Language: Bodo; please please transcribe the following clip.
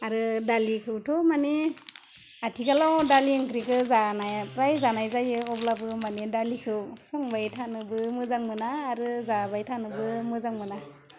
आरो दालिखौथ' माने आथिखालाव दालि ओंख्रिखौ जानाय फ्राय जानाय जायो अब्लाबो माने दालिखौ संबाय थानोबो मोजां मोना आरो जाबाय थानोबो मोजां मोना